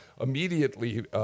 immediately